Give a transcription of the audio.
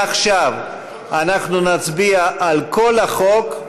עכשיו אנחנו נצביע על כל החוק: